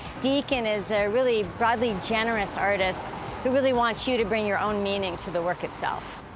deacon is a really, broadly generous artist who really wants you to bring your own meaning to the work itself.